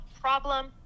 problem